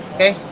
Okay